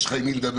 יש לך עם מי לדבר,